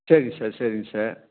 சரிங்க சார் சரிங்க சார்